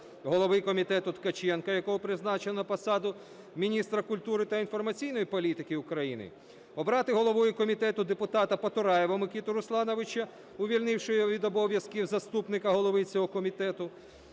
голови комітету Ткаченка, якого призначено на посаду міністра культури та інформаційної політики України, обрати головою комітету депутата Потураєва Микиту Руслановича, увільнивши його від обов'язків заступника голови цього комітету,